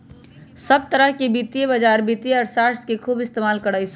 सब तरह के वित्तीय बाजार वित्तीय अर्थशास्त्र के खूब इस्तेमाल करा हई